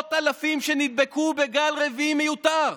מאות אלפים שנדבקו בגל רביעי מיותר,